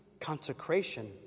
consecration